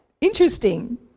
interesting